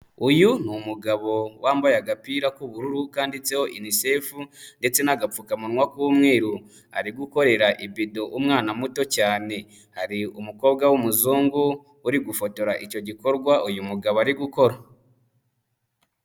Uyu ni umugabo wambaye agapira k'ubururu kanditseho UNICEF ndetse n'agapfukamunwa k'umweru, ari gukorera ibido umwana muto cyane, hari umukobwa w'umuzungu uri gufotora icyo gikorwa uyu mugabo ari gukora.